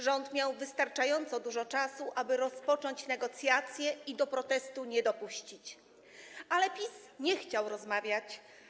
Rząd miał wystarczająco dużo czasu, aby rozpocząć negocjacje i do protestu nie dopuścić, ale PiS nie chciał rozmawiać.